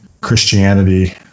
christianity